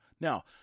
Now